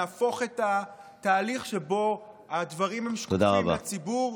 נהפוך את התהליך שבו הדברים הם שקופים לציבור,